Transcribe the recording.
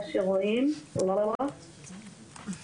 רואים, אבל זה בסדר.